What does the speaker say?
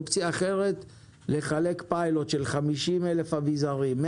אופציה אחרת היא לחלק פיילוט של 50 אלף אביזרים 100